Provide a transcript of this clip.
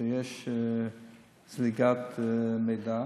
שיש זליגת מידע,